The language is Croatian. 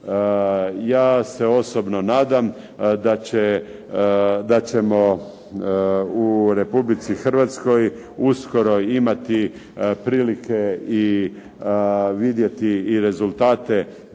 Ja se osobno nadam da ćemo u Republici Hrvatskoj uskoro imati prilike i vidjeti i rezultate